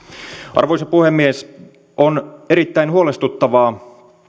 arvoisa puhemies on erittäin huolestuttavaa